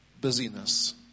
busyness